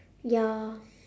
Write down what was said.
ya